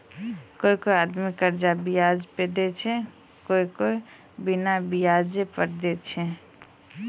कोय कोय आदमी कर्जा बियाज पर देय छै आरू कोय कोय बिना बियाज पर देय छै